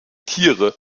tiere